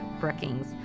Brookings